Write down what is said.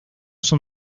son